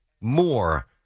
more